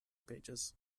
pages